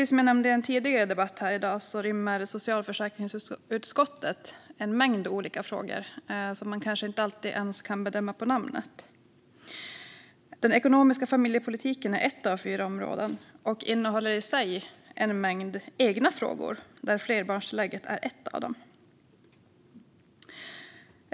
Som jag nämnde i en tidigare debatt här i dag rymmer socialförsäkringsutskottet en mängd olika frågor som man kanske inte alltid ens kan bedöma på namnet. Den ekonomiska familjepolitiken är ett av fyra områden och innehåller i sig en mängd egna frågor, där flerbarnstillägget är en.